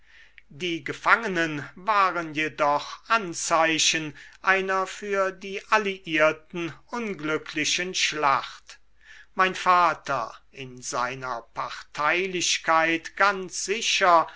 die gefangenen waren jedoch anzeichen einer für die alliierten unglücklichen schlacht mein vater in seiner parteilichkeit ganz sicher